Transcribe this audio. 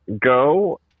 go